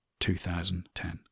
2010